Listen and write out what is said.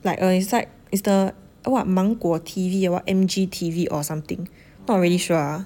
like err it's like is the what 芒果 T_V what M_G_T_V or something not really sure ah